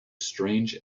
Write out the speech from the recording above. strange